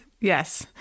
Yes